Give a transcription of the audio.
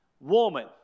Woman